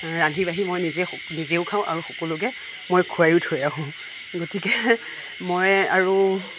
ৰান্ধি বাঢ়ি মই নিজে নিজেও খাওঁ আৰু সকলোকে মই খুৱায়ো থৈ আহোঁ গতিকে মই আৰু